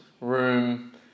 room